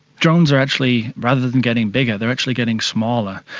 drones are actually, rather than getting bigger they are actually getting smaller,